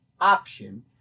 option